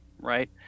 right